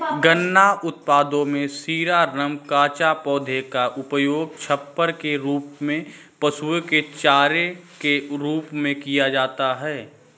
गन्ना उत्पादों में शीरा, रम, कचाका, पौधे का उपयोग छप्पर के रूप में, पशुओं के चारे के रूप में किया जाता है